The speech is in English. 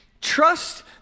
Trust